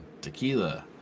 Tequila